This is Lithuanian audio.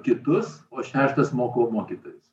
kitus o šeštas mokau mokytis